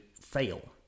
fail